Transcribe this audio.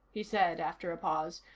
he said after a pause,